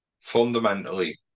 fundamentally